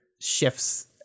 Shifts